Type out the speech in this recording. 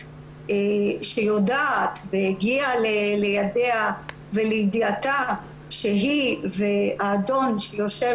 שיודעת והגיעה לידיה ולידיעתה שהיא והאדון שיושב